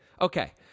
Okay